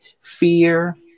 fear